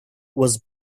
was